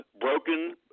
broken